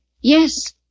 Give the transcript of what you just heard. Yes